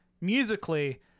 musically